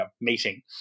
meeting